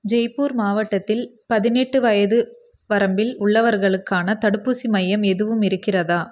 ஜெய்ப்பூர் மாவட்டத்தில் பதினெட்டு வயது வரம்பில் உள்ளவர்களுக்கான தடுப்பூசி மையம் எதுவும் இருக்கிறதா